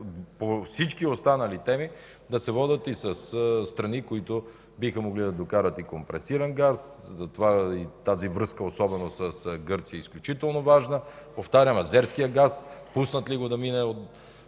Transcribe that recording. по всички останали теми да се водят и със страни, които биха могли да докарат и компресиран газ. Затова тази връзка, особено с Гърция, е изключително важна. Повтарям – азерския газ пуснат ли го да мине по